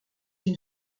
une